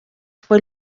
fue